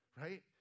Right